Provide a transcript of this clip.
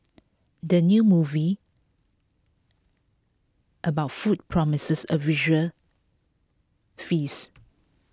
the new movie about food promises A visual feast